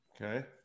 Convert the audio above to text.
Okay